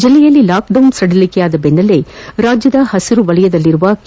ಜಿಲ್ಲೆಯಲ್ಲಿ ಲಾಕೆಡೌನ್ ಸಡಿಲಿಕೆಯಾದ ಬೆಸ್ನಲ್ಲೇ ರಾಜ್ಯದ ಹಸಿರು ವಲಯದಲ್ಲಿರುವ ಕೆ